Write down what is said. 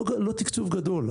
לא תקצוב גדול,